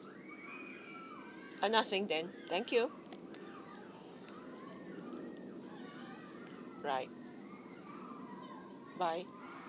uh nothing then thank you right bye